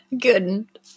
Good